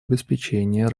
обеспечение